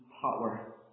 power